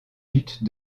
luttes